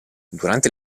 durante